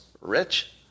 Rich